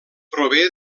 prové